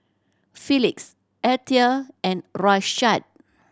Felix Althea and Rashad